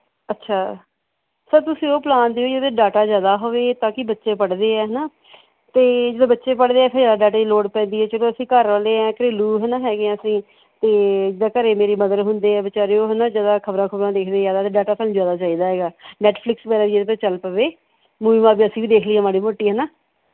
ਅੱਛਾ ਸਰ ਤੁਸੀਂ ਉਹ ਪਲਾਨ ਦਿਓ ਜਿਹਦੇ 'ਚ ਡਾਟਾ ਜ਼ਿਆਦਾ ਹੋਵੇ ਤਾਂ ਕਿ ਬੱਚੇ ਪੜ੍ਹਦੇ ਹੈ ਹੈ ਨਾ ਅਤੇ ਜਦੋਂ ਬੱਚੇ ਪੜ੍ਹਦੇ ਹੈ ਫਿਰ ਜ਼ਿਆਦਾ ਡਾਟੇ ਦੀ ਲੋੜ ਪੈਂਦੀ ਹੈ ਚਲੋ ਅਸੀਂ ਘਰ ਵਾਲੇ ਹਾਂ ਘਰੇਲੂ ਹੈ ਨਾ ਹੈਗੇ ਹਾਂ ਅਸੀਂ ਅਤੇ ਜਾਂ ਘਰ ਮੇਰੀ ਮਦਰ ਹੁੰਦੇ ਹੈ ਵਿਚਾਰੇ ਉਹ ਹੈ ਨਾ ਜ਼ਿਆਦਾ ਖ਼ਬਰਾਂ ਖੁਬਰਾਂ ਦੇਖਦੇ ਜ਼ਿਆਦਾ ਅਤੇ ਡਾਟਾ ਸਾਨੂੰ ਜ਼ਿਆਦਾ ਚਾਹੀਦਾ ਹੈ ਨੈੱਟਫਲਿਕਸ ਵਗੈਰਾ ਵੀ ਉਹਦੇ 'ਤੇ ਚੱਲ ਪਵੇ ਮੂਵੀ ਮਾਵੀ ਅਸੀਂ ਵੀ ਦੇਖ ਲਈਏ ਮਾੜੀ ਮੋਟੀ ਹੈ ਨਾ